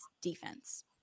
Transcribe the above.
defense